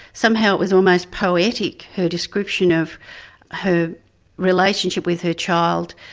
somehow it was almost poetic, her description of her relationship with her child,